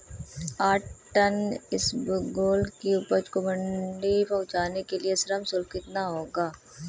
आठ टन इसबगोल की उपज को मंडी पहुंचाने के लिए श्रम शुल्क कितना होगा?